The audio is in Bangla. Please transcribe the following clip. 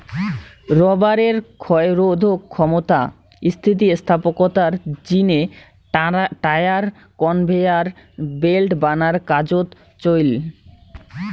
রবারের ক্ষয়রোধক ক্ষমতা, স্থিতিস্থাপকতার জিনে টায়ার, কনভেয়ার ব্যাল্ট বানার কাজোত চইল